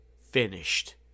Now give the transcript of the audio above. finished